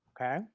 Okay